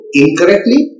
incorrectly